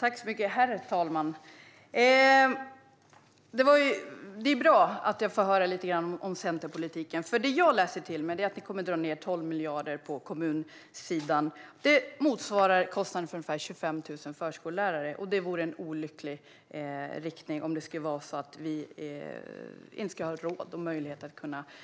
Herr talman! Det är bra att jag får höra lite grann om centerpolitiken. Det jag läser mig till är att ni kommer att dra ned 12 miljarder på kommunsidan. Det motsvarar kostnaden för ungefär 25 000 förskollärare. Det vore en olycklig riktning om det skulle vara så att vi inte ska ha råd och möjlighet att